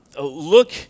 look